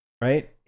Right